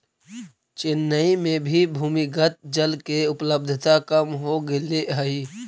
चेन्नई में भी भूमिगत जल के उपलब्धता कम हो गेले हई